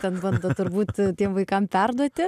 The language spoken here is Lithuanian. ten bandot turbūt tiem vaikam perduoti